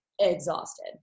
exhausted